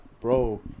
bro